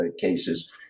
cases